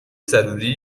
ضروری